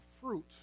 fruit